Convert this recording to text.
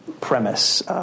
premise